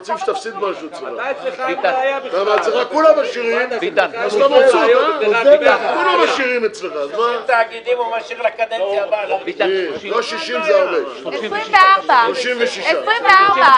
24. 36,